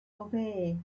away